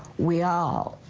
we all,